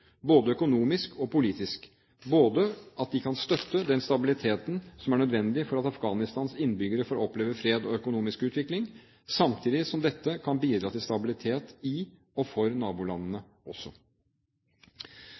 både økonomisk og politisk, og kan støtte den stabiliteten som er nødvendig for at Afghanistans innbyggere får oppleve fred og økonomisk utvikling, samtidig som dette kan bidra til stabilitet i og for nabolandene